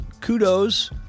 kudos